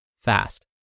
fast